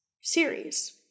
series